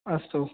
अस्तु